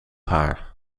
haar